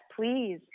please